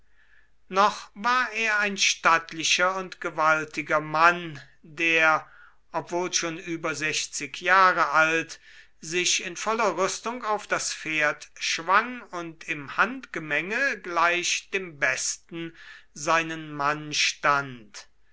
noch war er ein stattlicher und gewaltiger mann der obwohl schon über sechzig jahre alt sich in voller rüstung auf das pferd schwang und im handgemenge gleich dem besten seinen mann stand